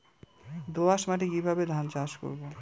দোয়াস মাটি কিভাবে ধান চাষ করব?